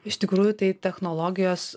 iš tikrųjų tai technologijos